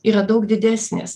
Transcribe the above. yra daug didesnės